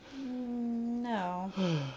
No